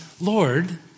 Lord